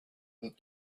that